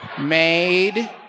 made